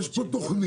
יש פה תוכנית,